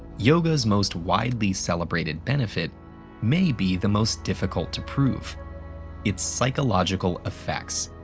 yoga's most widely celebrated benefit may be the most difficult to prove its psychological effects.